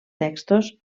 textos